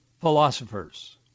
philosophers